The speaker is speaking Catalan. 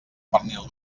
pernil